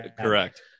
Correct